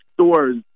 stores